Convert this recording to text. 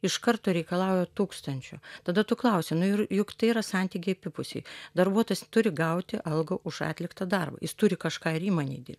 iš karto reikalauja tūkstančių tada tu klausi nu jur juk tai yra santykiai abipusiai darbuotojas turi gauti algą už atliktą darbą jis turi kažką ir įmonei dir